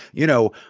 you know,